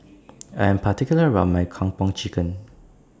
I Am particular about My Kung Po Chicken